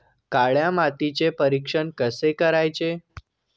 काळ्या मातीचे परीक्षण कसे करायचे?